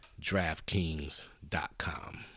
DraftKings.com